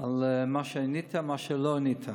על מה שענית ועל מה שלא ענית.